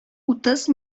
утыз